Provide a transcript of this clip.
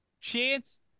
Chance